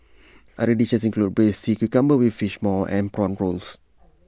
other dishes include Braised Sea Cucumber with Fish Maw and Prawn Rolls